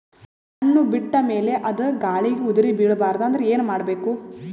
ಹಣ್ಣು ಬಿಟ್ಟ ಮೇಲೆ ಅದ ಗಾಳಿಗ ಉದರಿಬೀಳಬಾರದು ಅಂದ್ರ ಏನ ಮಾಡಬೇಕು?